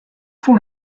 fûn